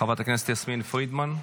חברת הכנסת יסמין פרידמן,